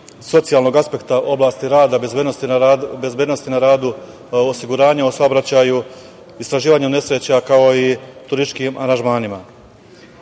socijalnog aspekta u oblasti rada bezbednosti na radu, osiguranja u saobraćaju, istraživanju nesreća, kao i u turističkim aranžmanima. ESAA